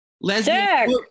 lesbian